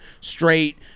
straight